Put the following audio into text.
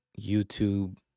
youtube